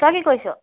তই কি কৰিছ